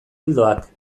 ildoak